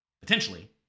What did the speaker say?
potentially